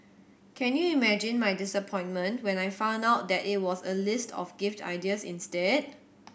can you imagine my disappointment when I found out that it was a list of gift ideas instead